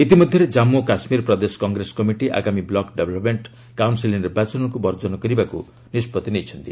ଇତିମଧ୍ୟରେ ଜାମ୍ମୁ ଓ କାଶ୍ମୀର ପ୍ରଦେଶ କଂଗ୍ରେସ କମିଟି ଆଗାମୀ ବ୍ଲକ ଡେଭଲପମେଣ୍ଟ କାଉନସିଲ ନିର୍ବାଚନକୁ ବର୍ଜନ କରିବାକୁ ନିଷ୍ପତ୍ତି ନେଇଛନ୍ତି